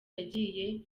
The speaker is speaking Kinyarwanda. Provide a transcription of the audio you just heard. yagiye